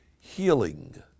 healing